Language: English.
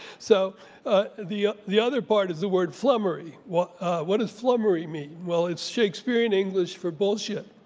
so the the other part is the word flummery. what what does flummery mean? well, it's shakespearean english for bullshit.